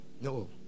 No